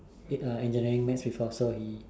engineering maths before so he